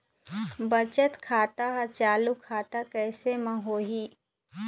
बचत खाता हर चालू खाता कैसे म होही?